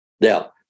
Now